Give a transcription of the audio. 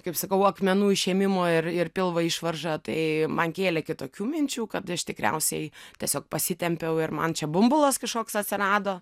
kaip sakau akmenų išėmimo ir ir pilvo išvarža tai man kėlė kitokių minčių kad aš tikriausiai tiesiog pasitempiau ir man čia bumbulas kažkoks atsirado